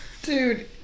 Dude